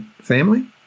family